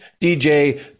dj